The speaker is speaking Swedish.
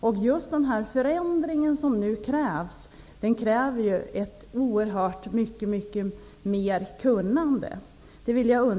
Jag vill understryka att just den förändring som nu krävs fordrar oerhört mycket mer kunnande.